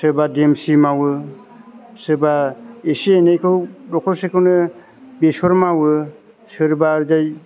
सोरबा देमसि मावो सोरबा एसे एनैखौ दखरसेखौनो बेसर मावो सोरबा ओरै